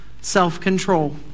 self-control